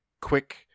quick